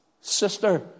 Sister